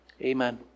Amen